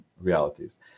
realities